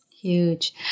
Huge